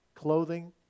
Clothing